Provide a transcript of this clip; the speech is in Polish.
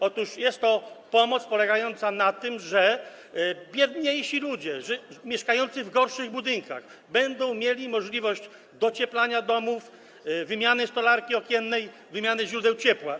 Otóż jest to pomoc polegająca na tym, że biedniejsi ludzie, mieszkający w gorszych budynkach, będą mieli możliwość docieplania domów, wymiany stolarki okiennej, wymiany źródeł ciepła.